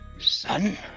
son